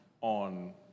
on